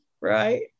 right